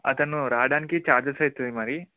అతను రావడానికి ఛార్జెస్ అవుతుంది మరి